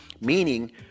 meaning